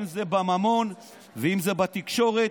אם זה בממון ואם זה בתקשורת,